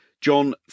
John